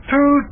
Two